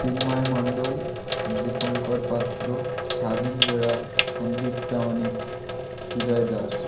Chinmoy Mondal Dipankar Patra Swadhin Bera Sandip Pramanik Sujoy Das